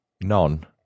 None